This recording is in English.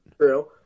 true